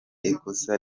ikosa